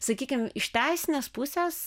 sakykim iš teisinės pusės